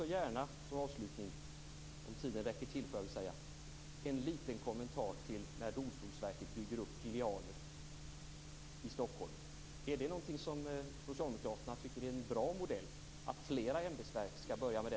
Som avslutning vill jag gärna göra en liten kommentar till detta att Domstolsverket bygger upp filialer i Stockholm: Är det någonting som Socialdemokraterna tycker är en bra modell, som flera ämbetsverk skall börja med?